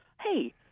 hey